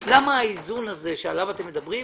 לנו למה האיזון הזה שעליו אתם מדברים,